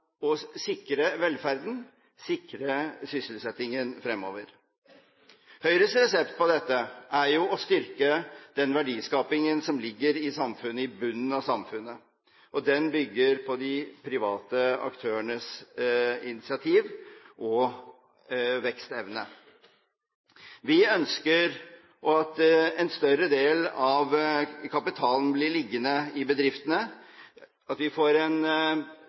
å sikre velferden og sysselsettingen fremover. Høyres resept på dette er jo å styrke den verdiskapingen som ligger i bunnen i samfunnet. Den bygger på de private aktørenes initiativ og vekstevne. Vi ønsker at en større del av kapitalen blir liggende i bedriftene, at vi får en